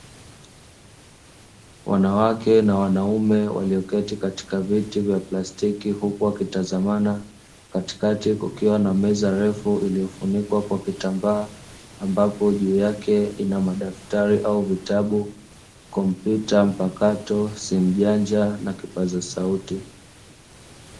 Wanawake na wanaume walioketi katika viti vya plastiki huku wakitazamana, katikati kukiwa na meza refu iliyofunikwa kwa kitambaa ambapo juu yake ina madaftari au vitabu, kompyuta mpakato, simu janja na kipaza sauti.